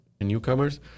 newcomers